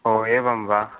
ओ एवं वा